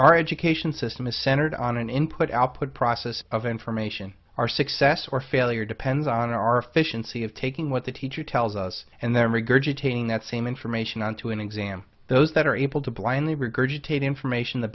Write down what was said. our education system is centered on an input output process of information our success or failure depends on our fish and see of taking what the teacher tells us and then regurgitating that same information onto an exam those that are able to blindly regurgitate information the